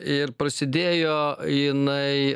ir prasidėjo jinai